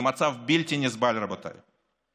זה מצב בלתי נסבל, רבותיי.